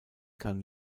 kann